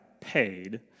paid